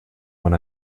when